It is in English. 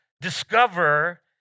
discover